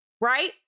right